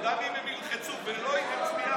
גם אם הם ילחצו ולא יצביע,